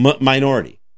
minority